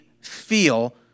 feel